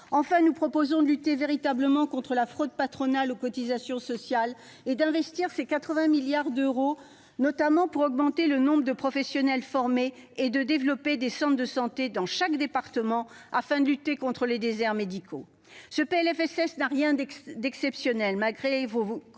Enfin, nous proposons de lutter véritablement contre la fraude patronale aux cotisations sociales et d'investir ces 80 milliards d'euros pour augmenter le nombre de professionnels formés et développer des centres de santé dans chaque département, afin de lutter contre les déserts médicaux. Ce PLFSS n'a rien d'exceptionnel, malgré vos grands